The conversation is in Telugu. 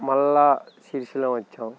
మళ్ళా శ్రీశైలం వచ్చాం